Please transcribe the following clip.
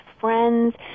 friends